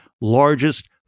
largest